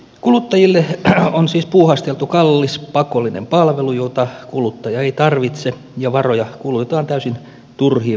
kuluttajille on siis puuhasteltu kallis pakollinen palvelu jota kuluttaja ei tarvitse ja varoja kulutetaan täysin turhiin välikäsiin